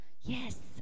Yes